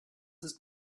ist